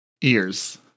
Ears